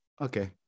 okay